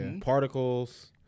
particles